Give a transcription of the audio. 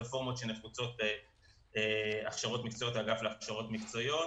על הרפורמות שנחוצות בהכשרות מקצועיות באגף להכשרות מקצועיות.